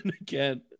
again